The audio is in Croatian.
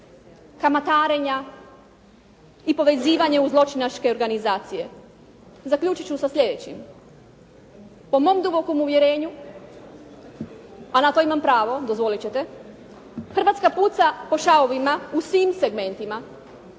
kamatarenja i povezivanje u zločinačke organizacije. Zaključit ću sa sljedećim. Po mom dubokom uvjerenju a na to imam pravo, dozvolit ćete, Hrvatska puca po šavovima u svim segmentima